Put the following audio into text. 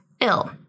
ill